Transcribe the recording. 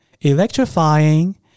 electrifying